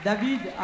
David